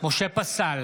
משה פסל,